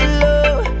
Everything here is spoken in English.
love